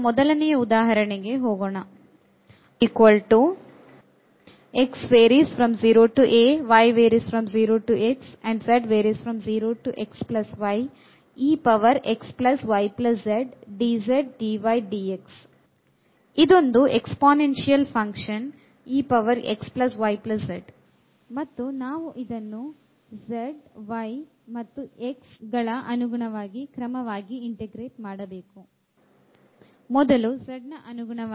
ಈಗ ಮೊದಲನೆಯ ಉದಾಹರಣೆಗೆ ಹೋಗೋಣ